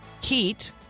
Heat